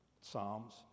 psalms